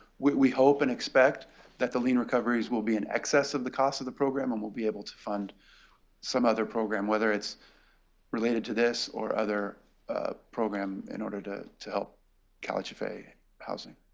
we hope and expect that the line recoveries will be in excess of the cost of the program and we'll be able to fund some other program, whether it's related to this or other program in order to to help calhfa housing